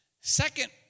Second